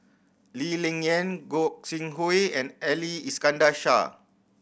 Lee Ling Yen Gog Sing Hooi and Ali Iskandar Shah